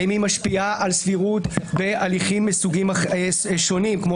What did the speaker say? האם היא משפיעה על סבירות בהליכים מסוגים שונים כמו